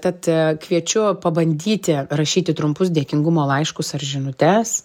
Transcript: tad kviečiu pabandyti rašyti trumpus dėkingumo laiškus ar žinutes